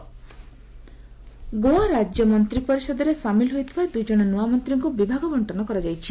Goa portfolios Goa ରାଜ୍ୟମନ୍ତ୍ରୀ ପରିଷଦର ସାମିଲ ହୋଇଥିବା ଦୁଇଜଣ ନୂଆମନ୍ତ୍ରୀଙ୍କୁ ବିଭାଗ ବଙ୍କନ କରାଯାଇଛି